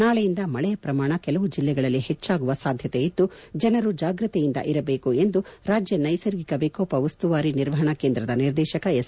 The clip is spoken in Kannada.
ನಾಳೆಯಿಂದ ಮಳೆಯ ಪ್ರಮಾಣ ಕೆಲವು ಜಿಲ್ಲೆಗಳಲ್ಲಿ ಹೆಚ್ಚಾಗುವ ಸಾಧ್ಕತೆ ಇದ್ದು ಜನರು ಜಾಗ್ರತೆಯಿಂದ ಇರಬೇಕು ಎಂದು ರಾಜ್ಯ ನೈಸರ್ಗಿಕ ವಿಕೋಪ ಉಸ್ತುವಾರಿ ನಿರ್ವಹಣಾ ಕೇಂದ್ರದ ನಿರ್ದೇಶಕ ಎಸ್